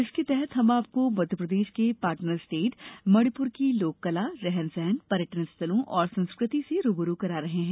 इसके तहत हम आपको मध्यप्रदेश के पार्टनर स्टेट मणिपुर की लोककला रहन सहन पर्यटन स्थलों और संस्कृति से रू ब रू करा रहे हैं